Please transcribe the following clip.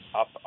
up